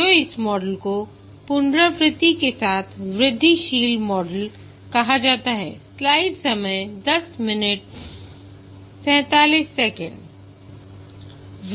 तो इस मॉडल को पुनरावृत्ति के साथ वृद्धिशील मॉडल कहा जाता है